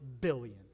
billion